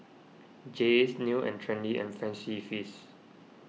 Jays New and Trendy and Fancy Feast